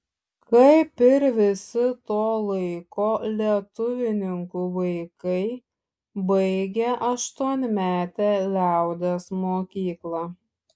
kaip ir visi to laiko lietuvininkų vaikai baigė aštuonmetę liaudies mokyklą